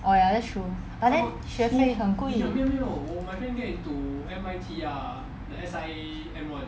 oh ya that's true but then 学费很贵